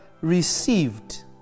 received